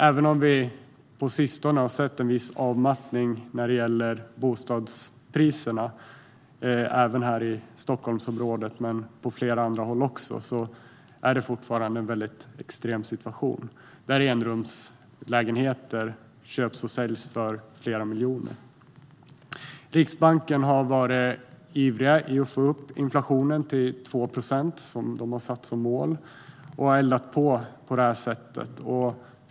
Även om vi på sistone har sett en viss avmattning när det gäller bostadspriserna både i Stockholmsområdet och på flera andra håll är det fortfarande en extrem situation. Enrumslägenheter köps och säljs för flera miljoner. Riksbanken har varit ivrig med att få upp inflationen till 2 procent, vilket man har satt som mål, och på detta sätt eldat på.